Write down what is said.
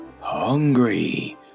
hungry